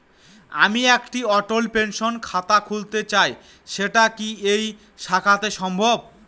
আমি একটি অটল পেনশন খাতা খুলতে চাই সেটা কি এই শাখাতে সম্ভব?